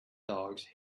dogs